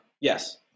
yes